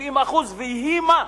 ויהי מה.